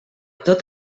tot